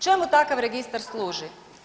Čemu takav registar služi?